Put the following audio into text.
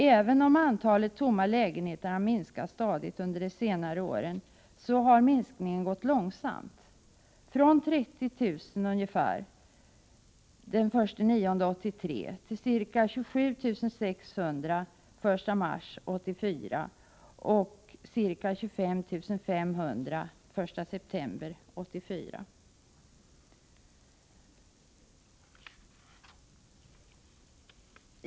Även om antalet tomma lägenheter har minskat stadigt under senare år, har minskningen gått långsamt, från ungefär 30 000 den 1 september 1983 till ca 27 600 den 1 mars 1984 och ca 25 500 den 1 september 1984.